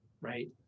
right